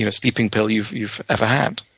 you know sleeping pill you've you've ever had.